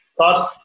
cars